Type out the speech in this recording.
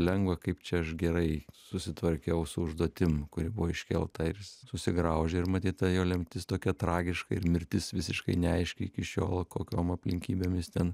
lengva kaip čia aš gerai susitvarkiau su užduotim kuri buvo iškelta ir susigraužė ir matyt ta jo lemtis tokia tragiška ir mirtis visiškai neaiški iki šiol kokiom aplinkybėm is ten